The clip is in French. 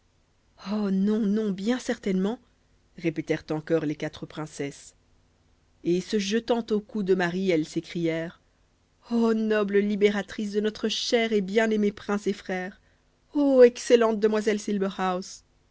oh non non bien certainement répétèrent en chœur les quatre princesses et se jetant au cou de marie elles s'écrièrent o noble libératrice de notre cher et bien-aimé prince et frère ô excellente demoiselle